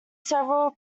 several